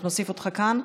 אנחנו נוסיף אותך כאן.